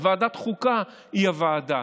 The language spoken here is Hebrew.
ועדת החוקה היא הוועדה,